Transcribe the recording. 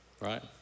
Right